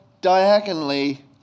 diagonally